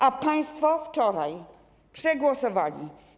A państwo wczoraj przegłosowali.